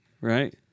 right